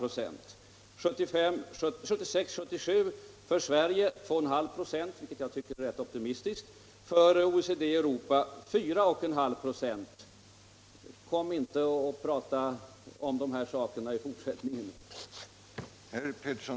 Prognosen för 1976-1977 är för Sverige 2,5 96 — vilket jag tycker är rätt optimistiskt — och för OECD-Europa 4,5 HB. Kom inte och prata om siffror i fortsättningen.